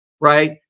Right